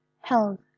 health